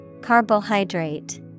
Carbohydrate